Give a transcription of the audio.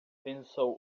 pensou